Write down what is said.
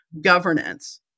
governance